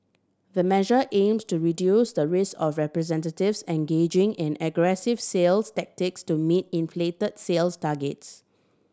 the measure aims to reduce the risk of representatives engaging in aggressive sales tactics to meet inflated sales targets